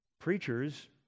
Preachers